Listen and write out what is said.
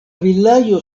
vilaĝo